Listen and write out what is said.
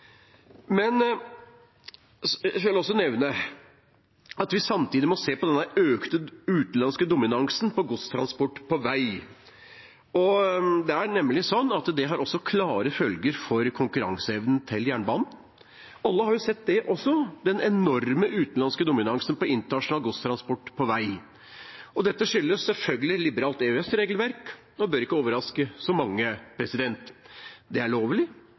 Jeg vil også nevne at vi samtidig må se på den økte utenlandske dominansen på godstransport på vei, for dette har klare følger for konkurranseevnen til jernbanen. Alle har jo sett den enorme utenlandske dominansen på internasjonal godstransport på vei. Dette skyldes selvfølgelig et liberalt EØS-regelverk og bør ikke overraske så mange. Det er lovlig, og det er også lovlig